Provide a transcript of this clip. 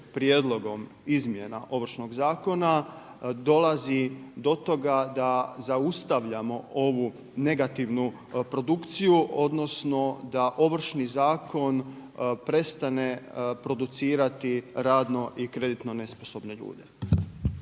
prijedlogom izmjena Ovršnog zakona dolazi do toga da zaustavljamo ovu negativnu produkciju, odnosno da Ovršni zakon prestane producirati radno i kreditno nesposobne ljude.